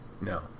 No